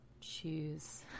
choose